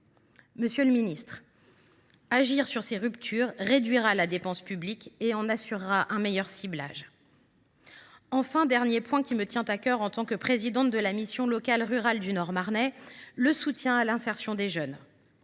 Monsieur le ministre, agir sur ces ruptures de contrat réduira la dépense publique et en assurera un meilleur ciblage. Enfin, le dernier point qui me tient à cœur, en tant que présidente de la mission locale rurale du Nord Marnais, est le soutien à l’insertion des jeunes.